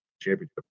championship